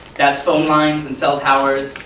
that is phone lines and cell towers,